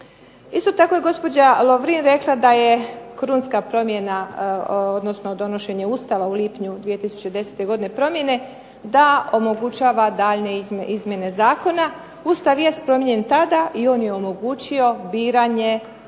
Isto tako je gospođa Lovrin rekla da je krunska promjena odnosno donošenje Ustava u lipnju 2010. godine promjene da omogućava daljnje izmjene zakona. Ustav jest promijenjen tada i on je omogućio biranje članova